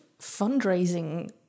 fundraising